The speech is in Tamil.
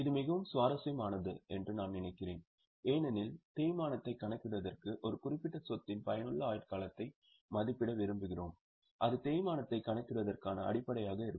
இது மிகவும் சுவாரஸ்யமானது என்று நான் நினைக்கிறேன் ஏனெனில் தேய்மானத்தைக் கணக்கிடுவதற்கு ஒரு குறிப்பிட்ட சொத்தின் பயனுள்ள ஆயுட்காலத்தை மதிப்பிட விரும்புகிறோம் அது தேய்மானத்தைக் கணக்கிடுவதற்கான அடிப்படையாக இருக்கும்